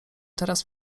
teraz